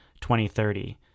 2030